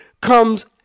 comes